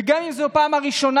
וגם אם זו הפעם הראשונה,